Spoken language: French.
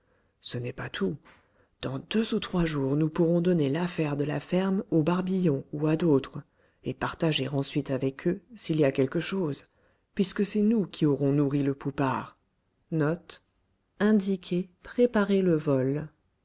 ce n'est pas tout dans deux ou trois jours nous pourrons donner l'affaire de la ferme au barbillon ou à d'autres et partager ensuite avec eux s'il y a quelque chose puisque c'est nous qui auront nourri le poupart tiens